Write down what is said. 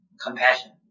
compassion